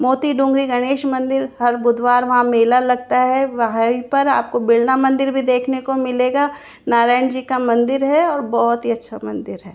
मोती डोंगरी गणेश मंदिर हर बुधवार वहाँ मेला लगता है वहीं पर आपको बिरला मंदिर भी देखने को मिलेगा नारायण जी का मंदिर है और बहुत ही अच्छा मंदिर है